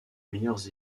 meilleures